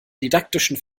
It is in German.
didaktischen